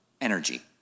energy